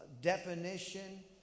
definition